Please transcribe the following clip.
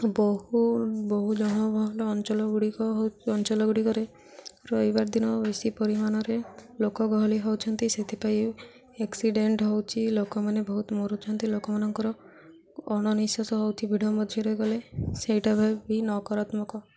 ବହୁ ବହୁ ଜଣ ଭଲ ଅଞ୍ଚଳ ଗୁଡ଼ିକଉ ଅଞ୍ଚଳ ଗୁଡ଼ିକରେ ରହିବାର ଦିନ ବେଶି ପରିମାଣରେ ଲୋକ ଗହଳି ହେଉଛନ୍ତି ସେଥିପାଇଁ ଏକ୍ସିଡେଣ୍ଟ ହେଉଛି ଲୋକମାନେ ବହୁତ ମରୁଛନ୍ତି ଲୋକମାନଙ୍କର ଅଣନିଶ୍ୱାସୀ ହେଉଛନ୍ତି ଭିଡ଼ ମଝିରେ ଗଲେ ସେଇଟା ବି ନକରାତ୍ମକ